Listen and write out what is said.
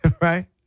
right